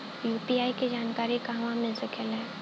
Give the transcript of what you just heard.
UPI के जानकारी कहवा मिल सकेले?